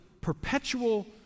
perpetual